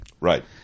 Right